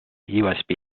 usb